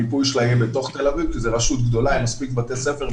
המיפוי שלה יהיה בתוך תל אביב כי זה רשות גדולה עם מספיק בתי ספר,